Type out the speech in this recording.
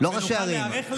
שנוכל להיערך לזה.